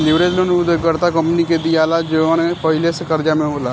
leverage loan उ उधारकर्ता company के दीआला जवन पहिले से कर्जा में होले